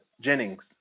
Jennings